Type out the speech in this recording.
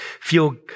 feel